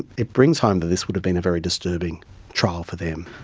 it brings home that this would have been a very disturbing trial for them.